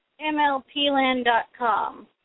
MLPLand.com